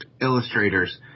illustrators